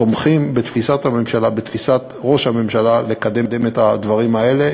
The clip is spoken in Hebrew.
תומכים בתפיסת ראש הממשלה לקדם את הדברים האלה.